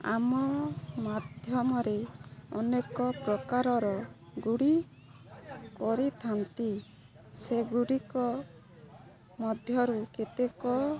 ଆମ ମାଧ୍ୟମରେ ଅନେକ ପ୍ରକାରର ଗୁଡ଼ି କରିଥାନ୍ତି ସେଗୁଡ଼ିକ ମଧ୍ୟରୁ କେତେକ